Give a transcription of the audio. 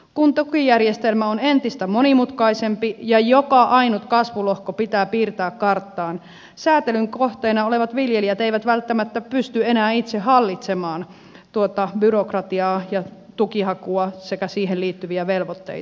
kun tukijärjestelmä on entistä monimutkaisempi ja joka ainut kasvulohko pitää piirtää karttaan säätelyn kohteena olevat viljelijät eivät välttämättä pysty enää itse hallitsemaan tuota byrokratiaa ja tukihakua sekä siihen liittyviä velvoitteita